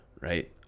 right